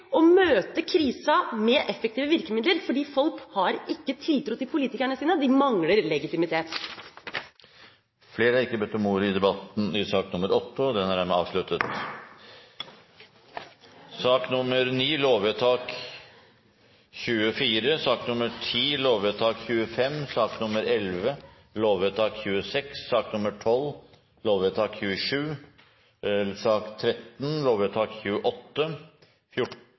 å møte krisen med effektive virkemidler fordi folk ikke har tiltro til politikerne sine – de mangler legitimitet. Flere har ikke bedt om ordet i sakene nr. 7 og